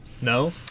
No